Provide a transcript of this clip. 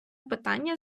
питання